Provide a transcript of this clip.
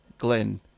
Glenn